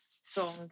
song